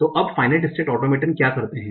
तो अब finite state automaton क्या करते हैं